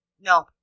No